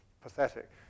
pathetic